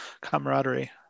camaraderie